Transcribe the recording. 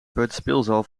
peuterspeelzaal